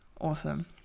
Awesome